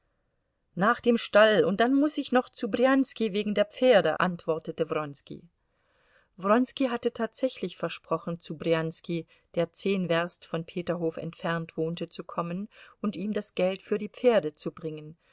nach dem stall und dann muß ich noch zu brjanski wegen der pferde antwortete wronski wronski hatte tatsächlich versprochen zu brjanski der zehn werst von peterhof entfernt wohnte zu kommen und ihm das geld für die pferde zu bringen